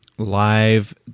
Live